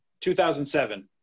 2007